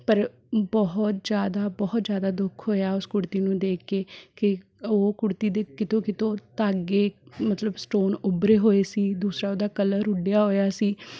ਪਰ ਬਹੁਤ ਜ਼ਿਆਦਾ ਬਹੁਤ ਜ਼ਿਆਦਾ ਦੁੱਖ ਹੋਇਆ ਉਸ ਕੁੜਤੀ ਨੂੰ ਦੇਖ ਕੇ ਕਿ ਉਹ ਕੁੜਤੀ ਦੇ ਕਿਤੋਂ ਕਿਤੋਂ ਧਾਗੇ ਮਤਲਬ ਸਟੋਨ ਉਭਰੇ ਹੋਏ ਸੀ ਦੂਸਰਾ ਉਹਦਾ ਕਲਰ ਉੱਡਿਆ ਹੋਇਆ ਸੀ